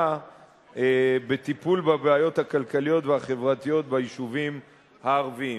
בטיפול בבעיות הכלכליות והחברתיות ביישובים הערביים.